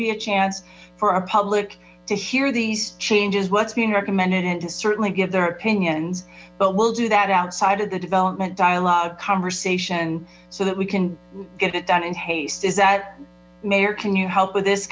be a chance for a public to hear these changes what's being recommended and certainly give their opinions but we'll do that outside of the development dialog conversation so that we can get it done in haste is that mayor can you help with this